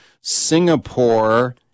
Singapore